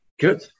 Good